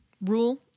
rule